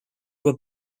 were